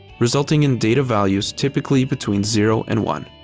resulting in data values typically between zero and one.